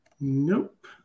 Nope